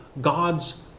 God's